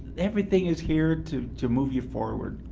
everything is here to to move you forward,